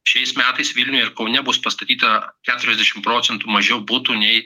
šiais metais vilniuje ir kaune bus pastatyta keturiasdešimt procentų mažiau butų nei